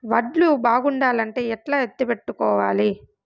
వడ్లు బాగుండాలంటే ఎట్లా ఎత్తిపెట్టుకోవాలి?